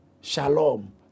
Shalom